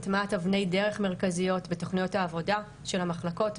הטמעת אבני דרך מרכזיות בתוכניות העבודה של המחלקות,